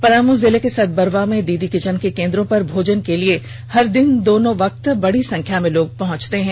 पलामू जिले के सतबरवा में दीदी कीचन के केन्द्रों पर भोजन करने के लिए हर दिन दोनों टाइम बड़ी संख्या में लोग पहंचते हैं